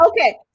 okay